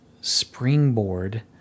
springboard